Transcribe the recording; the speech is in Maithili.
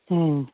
हुँ